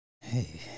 hey